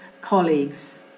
colleagues